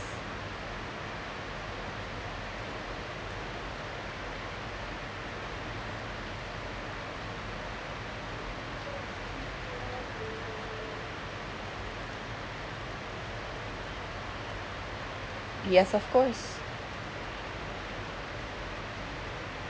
yes of course